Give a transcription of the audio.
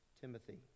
Timothy